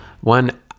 One